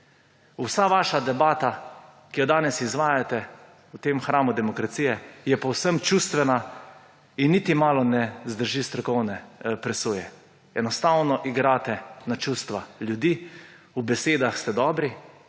Vsa vaša debata, ki jo danes izvajate v tem hramu demokracije, je povsem čustvena in niti malo ne zdrži strokovne presoje. Enostavno igrate na čustva ljudi, v besedah ste dobri,